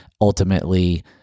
ultimately